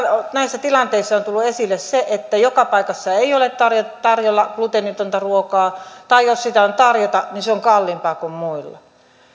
näissä tilanteissa on on tullut esille se että joka paikassa ei ole tarjolla gluteenitonta ruokaa tai jos sitä on tarjota niin se on kalliimpaa kuin muilla